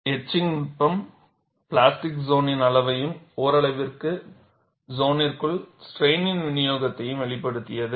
etching நுட்பம் plastic சோனின் அளவையும் ஓரளவிற்கு சோனிற்குள் ஸ்ட்ரைனின் விநியோகத்தையும் வெளிப்படுத்தியது